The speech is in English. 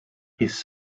his